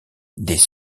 des